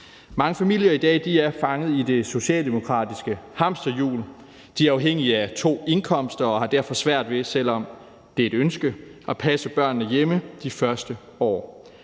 Mange familier er i dag fanget i det socialdemokratiske hamsterhjul. De er afhængige af to indkomster og har derfor svært ved – selv om det er et ønske – at passe børnene hjemme de første år.